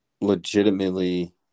legitimately